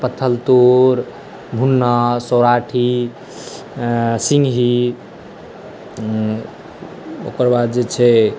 पथलतोर भुन्ना सौराठी सिंघी ओकर बाद जे छै